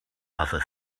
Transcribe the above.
other